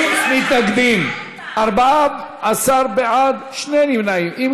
ההסתייגות (2) של חברת הכנסת יעל גרמן לסעיף 1 לא נתקבלה.